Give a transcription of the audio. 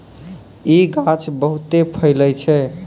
इ गाछ बहुते फैलै छै